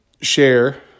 share